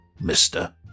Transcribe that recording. mister